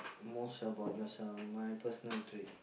most about yourself my personal trait